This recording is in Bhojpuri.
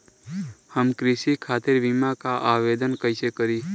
हम कृषि खातिर बीमा क आवेदन कइसे करि?